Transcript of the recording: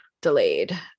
delayed